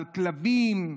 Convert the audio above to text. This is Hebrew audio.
על כלבים,